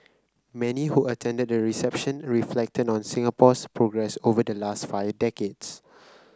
many who attended the reception reflected on Singapore's progress over the last five decades